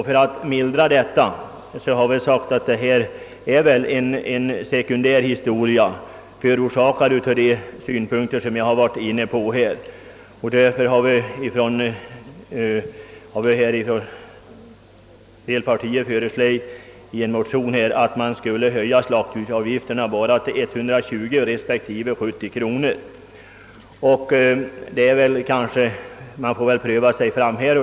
För att mildra verkningarna har vi i vår motion föreslagit att, eftersom den nuvarande utslaktningssituationen måste betecknas som en extraordinär företeelse, slaktdjursavgifterna bör höjas endast till 120 respektive 70 kronor. Man får väl pröva sig fram.